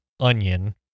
Onion